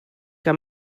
que